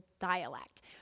dialect